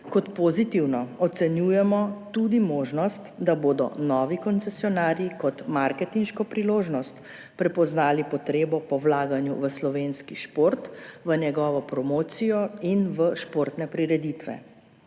Kot pozitivno ocenjujemo tudi možnost, da bodo novi koncesionarji kot marketinško priložnost prepoznali potrebo po vlaganju v slovenski šport, v njegovo promocijo in v športne prireditve.